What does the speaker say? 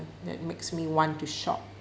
that makes me want to shop